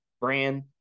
brand